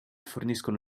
forniscono